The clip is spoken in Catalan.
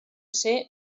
ser